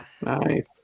Nice